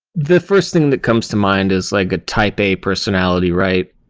the first thing that comes to mind is like a type a personality, right?